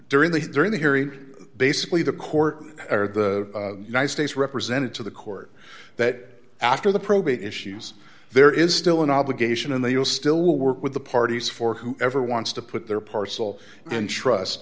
during the during the harry basically the court or the united states represented to the court that after the probate issues there is still an obligation and they will still work with the parties for whoever wants to put their parcel and trust